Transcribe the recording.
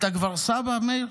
אתה כבר סבא מאיר?